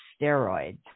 steroids